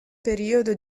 periodo